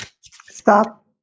Stop